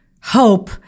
hope